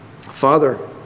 Father